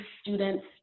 students